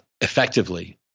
effectively